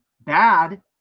bad